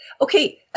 okay